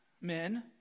men